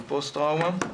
טראומה ופוסט טראומה.